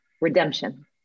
redemption